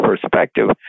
perspective